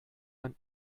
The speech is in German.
man